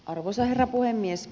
arvoisa herra puhemies